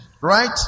right